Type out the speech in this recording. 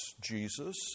Jesus